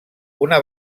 una